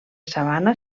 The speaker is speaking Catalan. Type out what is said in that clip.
sabana